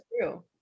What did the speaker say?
true